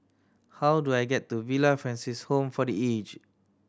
how do I get to Villa Francis Home for The Aged